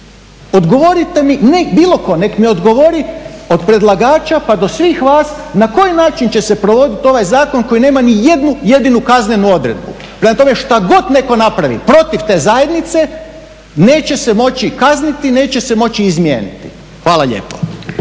Odgovorite mi, ne bilo tko, neka mi odgovori od predlagača pa do svih vas na koji način će se provoditi ovaj zakon koji nema ni jednu jedinu kaznenu odredbu. Prema tome što god netko napravi protiv te zajednice neće se moći kazniti, neće se moći izmijeniti. Hvala lijepo.